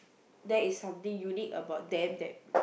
that is something unique about them that